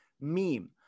meme